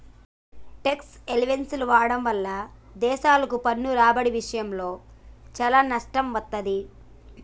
tax హెవెన్ని వాడటం వల్ల దేశాలకు పన్ను రాబడి ఇషయంలో చానా నష్టం వత్తది